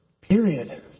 Period